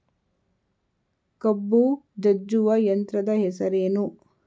ಕಬ್ಬು ಜಜ್ಜುವ ಯಂತ್ರದ ಹೆಸರೇನು?